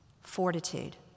fortitude